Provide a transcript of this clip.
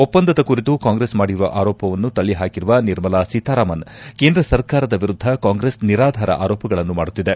ಒಪ್ಪಂದದ ಕುರಿತು ಕಾಂಗ್ರೆಸ್ ಮಾಡಿರುವ ಆರೋಪವನ್ನು ತಳ್ಳಿ ಹಾಕಿರುವ ನಿರ್ಮಲಾ ಸೀತಾರಾಮನ್ ಕೇಂದ್ರ ಸರ್ಕಾರದ ವಿರುದ್ದ ಕಾಂಗ್ರೆಸ್ ನಿರಾಧಾರ ಆರೋಪಗಳನ್ನು ಮಾಡುತ್ತಿದೆ